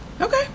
Okay